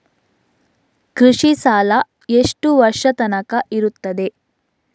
ಕೃಷಿ ಸಾಲ ಎಷ್ಟು ವರ್ಷ ತನಕ ಇರುತ್ತದೆ?